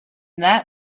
that